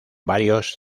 varios